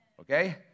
Okay